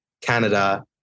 Canada